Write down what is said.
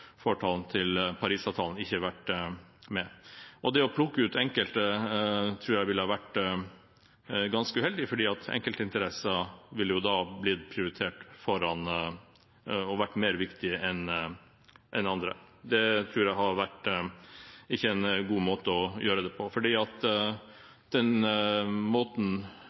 fortalen til Paris-avtalen, men som ikke er med. Det å plukke ut enkelte tror jeg ville vært ganske uheldig, for enkeltinteresser ville da blitt prioritert og ville vært mer viktig enn andre. Det tror jeg ikke hadde vært en god måte å gjøre det på, for når det gjelder den måten